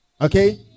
okay